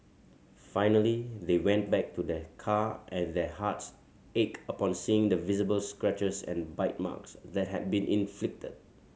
finally they went back to their car and their hearts ached upon seeing the visible scratches and bite marks that had been inflicted